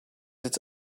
its